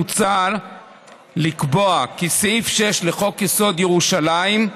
מוצע לקבוע כי סעיף 6 לחוק-יסוד: ירושלים,